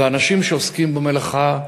והאנשים שעוסקים במלאכה,